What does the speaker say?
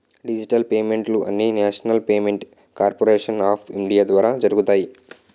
digital పేమెంట్లు అన్నీనేషనల్ payment corporation of India ద్వారా జరుగుతాయి